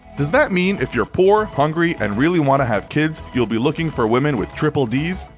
does that mean if you are poor, hungry and really want to have kids you'll be looking for women with triple ds?